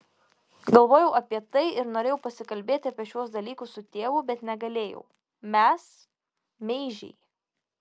galvojau apie tai ir norėjau pasikalbėti apie šiuos dalykus su tėvu bet negalėjau mes meižiai